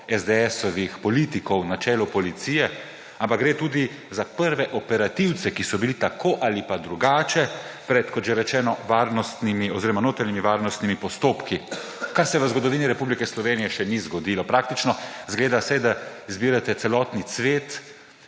zbor politikov SDS na čelu policije, ampak gre tudi za prve operativce, ki so bili tako ali drugače pred notranjimi varnostnimi postopki, kar se v zgodovini Republike Slovenije še ni zgodilo. Praktično izgleda, da izbirate celotni cvet